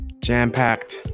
jam-packed